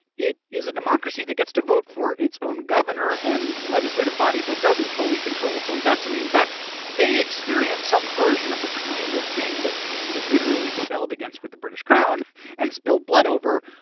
it is a democracy that gets to vote for its own governor and legislative body but doesn't fully control its own destiny. in fact, they experience some version of the kind of thing that we literally rebelled against with the british crown and spilled blood over,